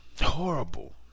Horrible